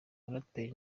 muraperi